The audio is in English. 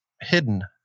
hidden